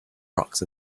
rocks